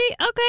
Okay